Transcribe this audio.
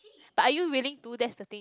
but are willing to that's the thing